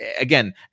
again